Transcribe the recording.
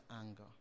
anger